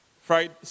Friday